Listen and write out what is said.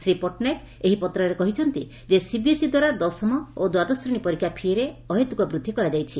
ଶ୍ରୀ ପଟ୍ଟନାୟକ ଏହି ପତ୍ରରେ କହିଛନ୍ତି ଯେ ସିବିଏସଇ ଦୀରା ଦଶମ ଓ ଦ୍ୱାଦଶ ଶ୍ରେଶୀ ପରୀକ୍ଷା ପିରେ ଅହେତୁକ ବୃଦ୍ଧି କରା ଯାଇଛି